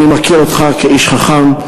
אני מכיר אותך כאיש חכם,